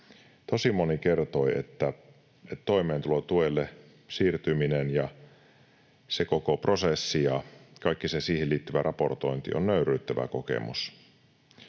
Tosi moni kertoi, että toimeentulotuelle siirtyminen ja se koko prosessi ja kaikki se siihen liittyvä raportointi on nöyryyttävä kokemus,